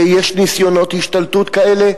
יש ניסיונות השתלטות כאלה,